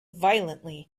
violently